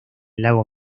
lago